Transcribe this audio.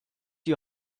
die